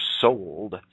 sold